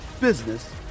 business